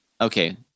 Okay